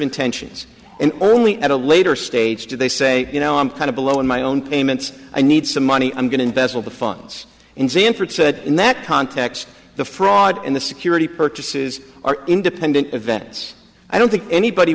intentions and only at a later stage they say you know i'm kind of below in my own payments i need some money i'm going to bessel the funds and sanford said in that context the fraud and the security purchases are independent events i don't think anybody